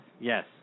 Yes